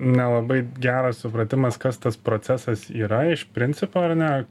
nelabai geras supratimas kas tas procesas yra iš principo ar ne